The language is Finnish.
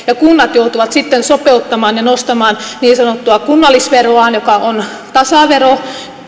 kunnat joutuvat sitten sopeuttamaan ja nostamaan niin sanottua kunnallisveroaan joka on tasavero